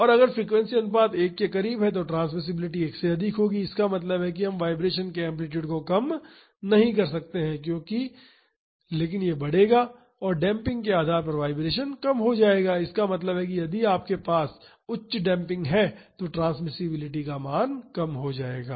और अगर फ्रीक्वेंसी अनुपात 1 के करीब है तो ट्रांसमिसिबिलिटी 1 से अधिक होगी इसका मतलब है हम वाइब्रेशन के एम्पलीटूड को कम नहीं कर सकते हैं लेकिन यह बढ़ेगा और डेम्पिंग के आधार पर वाइब्रेशन कम हो जाएगा इसका मतलब है कि यदि आपके पास उच्च डेम्पिंग है तो ट्रांसमिसिबिलिटी मान कम हो जाएगा